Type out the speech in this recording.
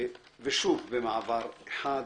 ושוב במעבר חד,